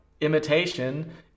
imitation